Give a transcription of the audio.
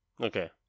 Okay